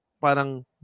parang